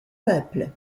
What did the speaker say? peuple